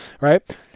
right